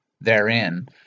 therein